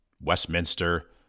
Westminster